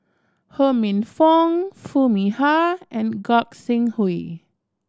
Ho Minfong Foo Mee Har and Gog Sing Hooi